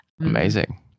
Amazing